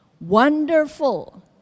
Wonderful